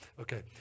Okay